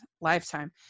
Lifetime